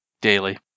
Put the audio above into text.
daily